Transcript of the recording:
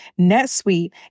NetSuite